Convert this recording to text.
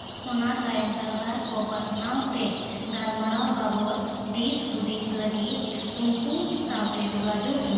ᱚᱱᱟ ᱛᱟᱭᱚᱢ ᱥᱟᱨᱵᱷᱟᱨ ᱠᱚ ᱯᱟᱥᱱᱟᱣᱛᱮ ᱜᱟᱞᱢᱟᱨᱟᱣ ᱵᱟᱵᱚᱫ ᱫᱤᱥ ᱦᱩᱫᱤᱥ ᱞᱟᱹᱜᱤᱫ ᱩᱱᱠᱩ ᱥᱟᱶᱛᱮ ᱡᱳᱜᱟᱡᱳᱜᱽ ᱢᱮ